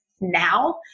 now